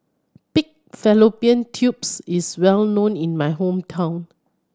pig fallopian tubes is well known in my hometown